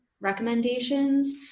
recommendations